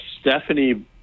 Stephanie